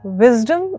wisdom